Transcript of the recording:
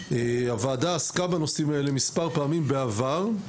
הוועדה עסקה בנושאים האלה מספר פעמים בעבר.